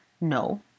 No